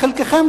לחלקכם,